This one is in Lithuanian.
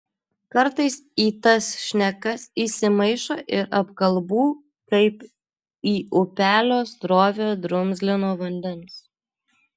kartais į tas šnekas įsimaišo ir apkalbų kaip į upelio srovę drumzlino vandens